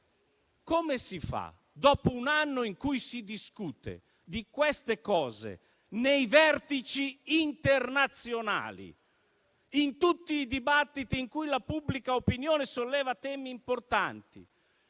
Tuttavia, dopo un anno in cui si discute di queste tematiche nei vertici internazionali, in tutti i dibattiti in cui la pubblica opinione solleva temi importanti,